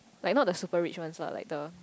like not the super rich ones lah like the